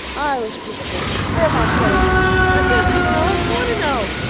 i wish people could live on pudding. why can't they, marilla? i want to know.